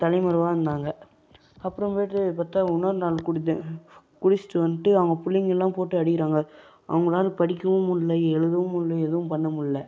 தலைமறைவாக இருந்தாங்க அப்புறமேட்டு பார்த்தா இன்னொரு நாள் குடித்து குடித்திட்டு வந்துட்டு அவங்க பிள்ளைங்களெலாம் போட்டு அடிக்கிறாங்க அவங்களாலே படிக்கவும் முடில்ல எழுதவும் முடில்ல எதுவும் பண்ண முடில்ல